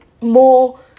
more